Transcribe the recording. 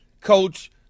coach